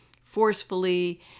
forcefully